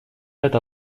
эта